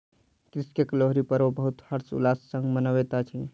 कृषक लोहरी पर्व बहुत हर्ष उल्लास संग मनबैत अछि